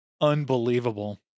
Unbelievable